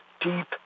deep